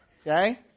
okay